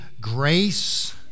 grace